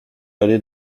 aller